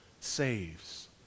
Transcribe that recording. saves